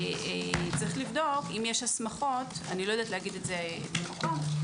יש לבדוק אם יש הסמכות לא יודעת לומר זאת במקום.